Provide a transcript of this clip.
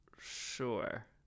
sure